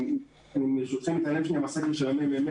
אין לי כאן את הסקר של הממ"מ,